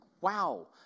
wow